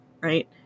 right